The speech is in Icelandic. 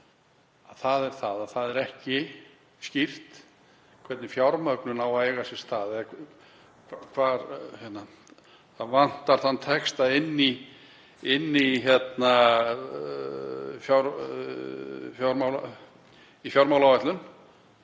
Það er að það er ekki skýrt hvernig fjármögnun á að eiga sér stað eða það vantar þann texta inn í fjármálaáætlun